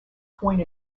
point